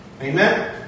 Amen